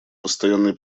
постоянный